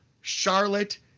Charlotte